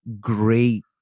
great